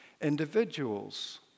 individuals